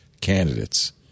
candidates